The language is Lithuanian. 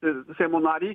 ir seimo narį